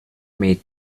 made